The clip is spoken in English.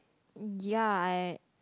ya I